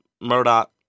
Murdoch